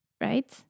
Right